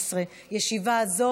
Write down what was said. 11 בעד,